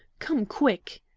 come, quick!